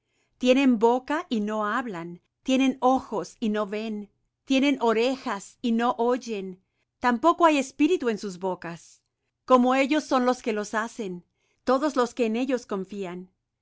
tienen boca y no hablan tienen ojos y no ven tienen orejas y no oyen tampoco hay espíritu en sus bocas como ellos son los que los hacen todos los que en ellos confían